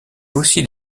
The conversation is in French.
aussi